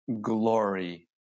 glory